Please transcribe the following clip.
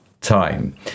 time